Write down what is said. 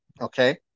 Okay